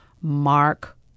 mark